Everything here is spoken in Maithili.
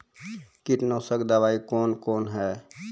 कीटनासक दवाई कौन कौन हैं?